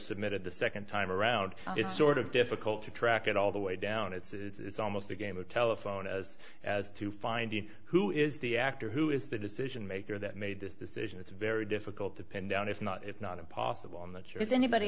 submitted the second time around it's sort of difficult to track it all the way down it's almost a game of telephone as as to finding who is the actor who is the decision maker that made this decision it's very difficult to pin down if not if not impossible in the cure is anybody